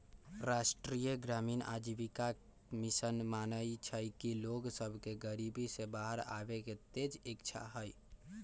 राष्ट्रीय ग्रामीण आजीविका मिशन मानइ छइ कि लोग सभ में गरीबी से बाहर आबेके तेज इच्छा हइ